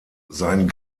sein